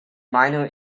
minor